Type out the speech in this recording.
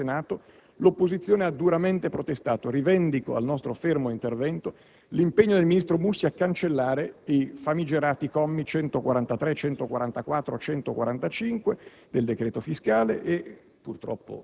Proprio qui al Senato l'opposizione ha duramente protestato; rivendico al nostro fermo intervento l'impegno del ministro Mussi a cancellare i famigerati commi 143, 144 e 145 del decreto fiscale -